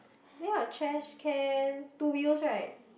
then your trash can two years right